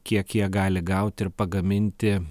kiek jie gali gauti ir pagaminti